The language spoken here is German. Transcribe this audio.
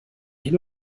hin